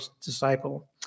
disciple